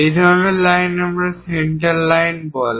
এই ধরনের লাইন আমরা সেন্টার লাইন বলে